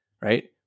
Right